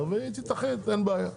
האוצר והיא תתאחד אין בעיה,